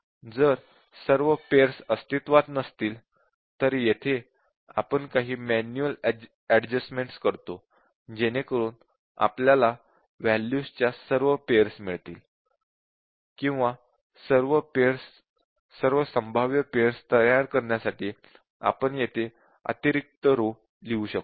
जर सर्व पेअर्स उपस्थित नसतील तर येथे आपण काही मॅन्युअल अजस्ट्मन्ट करतो जेणेकरून आपल्याला वॅल्यूज च्या सर्व पेअर्स मिळतील किंवा सर्व संभाव्य पेअर्स तयार करण्यासाठी आपण येथे अतिरिक्त रो लिहू शकतो